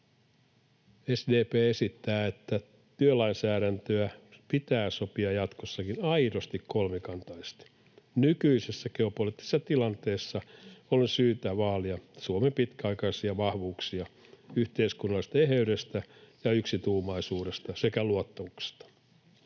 SDP esittää, että työlainsäädäntöä pitää sopia jatkossakin aidosti kolmikantaisesti. Nykyisessä geopoliittisessa tilanteessa on syytä vaalia Suomen pitkäaikaisia vahvuuksia yhteiskunnallisesta eheydestä ja yksituumaisuudesta sekä luottamuksesta.